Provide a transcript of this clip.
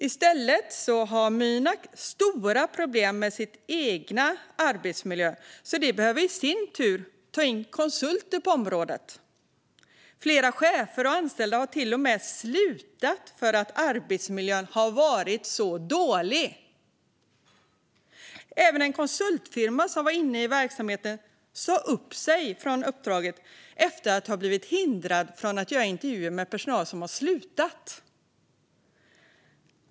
Mynak har dock stora problem med sin egen arbetsmiljö, så de behöver i sin tur ta in konsulter på området. Flera chefer och anställda har till och med slutat för att arbetsmiljön har varit så dålig. Även en konsultfirma som var inblandad i verksamheten sa upp sig från uppdraget efter att ha hindrats att göra intervjuer med personal som slutat.